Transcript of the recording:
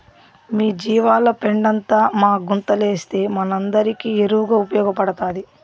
మీ జీవాల పెండంతా మా గుంతలేస్తే మనందరికీ ఎరువుగా ఉపయోగపడతాది